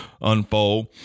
unfold